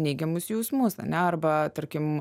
neigiamus jausmus ane arba tarkim